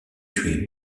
tuer